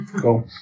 cool